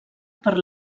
per